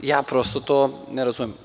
Ja prosto to ne razumem.